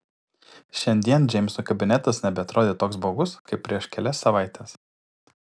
šiandien džeimso kabinetas nebeatrodė toks baugus kaip prieš kelias savaites